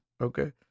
okay